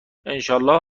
انشااله